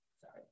sorry